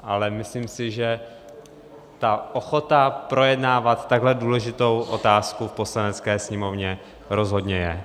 Ale myslím si, že ochota projednávat takhle důležitou otázku v Poslanecké sněmovně rozhodně je.